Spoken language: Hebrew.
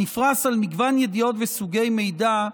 הנפרס על מגוון ידיעות וסוגי מידע.